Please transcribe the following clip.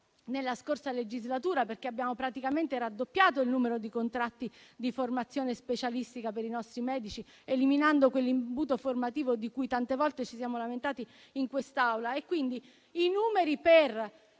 nella scorsa legislatura? Abbiamo praticamente raddoppiato il numero dei contratti di formazione specialistica per i nostri medici, eliminando quell'imbuto formativo di cui tante volte ci siamo lamentati in quest'Aula. Pertanto, i numeri per